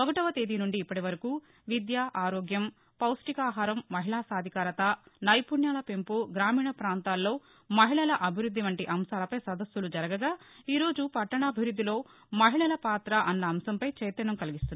ఒకటవ తేదీ నుండి ఇప్పటి వరకు విద్య ఆరోగ్యం పౌష్టికాహారం మహిళా సాధికారత నైపుణ్యాల పెంపు గ్రామీణపాంతాల్లో మహిళల అభివృద్ది వంటి అంశాలపై సదస్సులు జరగగా ఈరోజు పట్టణాభివృద్దిలో మహిళల పాత అన్న అంశంపై చైతన్యం కలిగిస్తున్నారు